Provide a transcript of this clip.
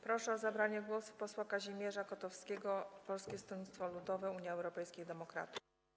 Proszę o zabranie głosu posła Kazimierza Kotowskiego, Polskie Stronnictwo Ludowe - Unia Europejskich Demokratów.